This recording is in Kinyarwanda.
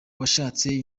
washatse